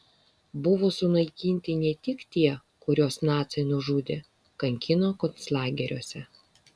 buvo sunaikinti ne tik tie kuriuos naciai nužudė kankino konclageriuose